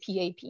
PAP